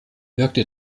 wirkte